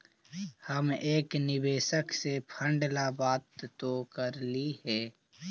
हम एक निवेशक से फंड ला बात तो करली हे